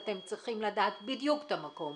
אתם צריכים לדעת בדיוק את המקום.